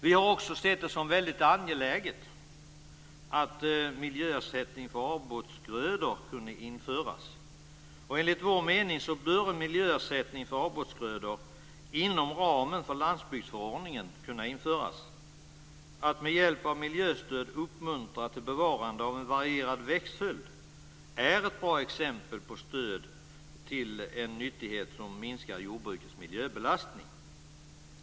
Vi har också sett det som mycket angeläget att miljöersättning för avbrottsgrödor kan införas. Enligt vår mening borde miljöersättning för avbrottsgrödor kunna införas inom ramen för landsbygdsförordningen. Att med hjälp av miljöstöd uppmuntra till bevarande av en varierad växtföljd är ett bra exempel på stöd till en nyttighet som minskar jordbrukets miljöbelastning.